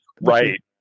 Right